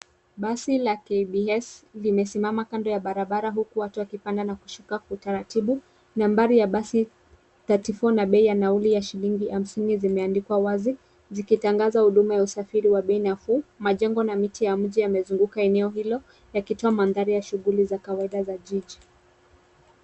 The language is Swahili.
Basi la KBS, limesimama kando ya barabara huku watu wakipanda na kushuka kwa utaratibu. Nambari ya basi 34 na bei ya nauli ya shilingi 50 zimeandikwa wazi, zikitangaza huduma ya usafiri ya bei nafuu. Majengo na miti ya mji yamezunguka eneo hilo, yakitoa mandhari ya shughuli za kawaida za jiji.